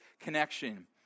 connection